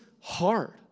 hard